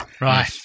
Right